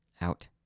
out